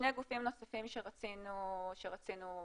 שני גופים נוספים שרצינו למפות,